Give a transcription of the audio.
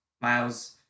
Miles